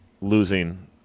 losing